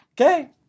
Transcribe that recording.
Okay